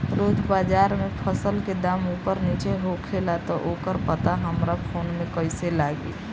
रोज़ बाज़ार मे फसल के दाम ऊपर नीचे होखेला त ओकर पता हमरा फोन मे कैसे लागी?